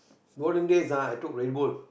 golden days ah I took Redbull